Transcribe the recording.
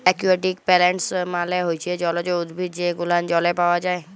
aquatic plants মালে হচ্যে জলজ উদ্ভিদ যে গুলান জলে পাওয়া যায়